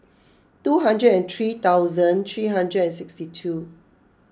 two hundred and three thousand three hundred and sixty two